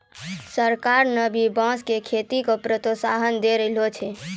सरकार न भी बांस के खेती के प्रोत्साहन दै रहलो छै